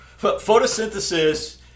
Photosynthesis